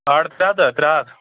ساڑ ترٛےٚ ہَتھ ہا ترٛےٚ ہَتھ